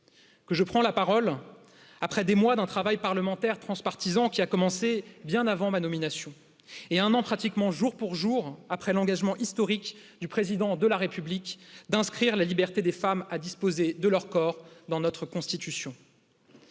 que je prends la parole après des mois d'un travail parlementaire transpartisane qui a commencé bien avant ma an pratiquement jour pour jour après l'engagement historique du Président de la République d'inscrire la liberté des femmes à disposer de leur corps dans notre Constitution.